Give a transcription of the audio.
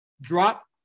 drop